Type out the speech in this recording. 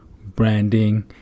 branding